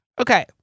Okay